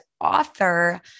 author